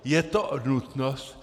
Je to nutnost?